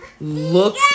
look